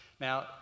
Now